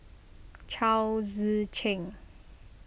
Chao Tzee Cheng